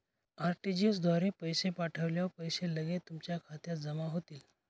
RTGS द्वारे पैसे पाठवल्यावर पैसे लगेच तुमच्या खात्यात जमा होतील